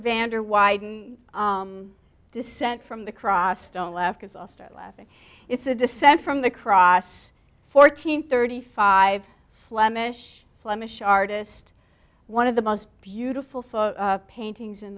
vander widen descent from the cross don't laugh because i'll start laughing it's a descent from the cross fourteen thirty five flemish flemish artist one of the most beautiful photo paintings in